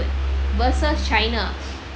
versus china